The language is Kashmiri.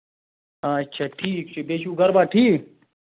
اچھا ٹھیٖک چھُ بیٚیہِ چھُو گرٕ بار ٹھیٖک